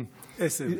העשב.